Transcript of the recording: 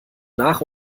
nach